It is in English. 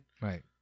Right